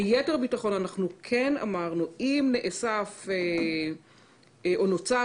לייתר ביטחון אמרנו שאם נאסף או נוצר